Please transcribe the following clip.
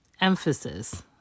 Emphasis